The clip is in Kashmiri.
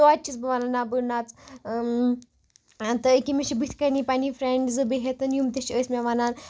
تۄتہِ چھس بہٕ وَنان نہ بہٕ نَژٕ تہٕ ییکیاہ مےٚ چھِ بٕتھۍ کَنی پَنٕنۍ فرینڑ زٕ بِہِتھ یِم تہِ چھِ ٲسۍ مےٚ وَنان